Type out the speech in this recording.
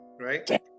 right